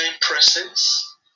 presence